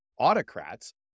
autocrats